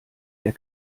der